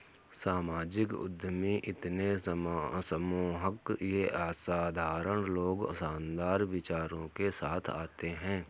सामाजिक उद्यमी इतने सम्मोहक ये असाधारण लोग शानदार विचारों के साथ आते है